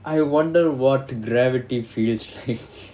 I wonder what gravity feels like